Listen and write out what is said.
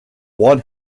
one